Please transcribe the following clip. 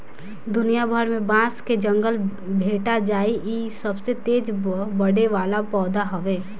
दुनिया भर में बांस के जंगल भेटा जाइ इ सबसे तेज बढ़े वाला पौधा हवे